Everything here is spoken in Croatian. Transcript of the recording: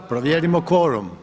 Provjerimo kvorum.